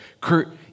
Kurt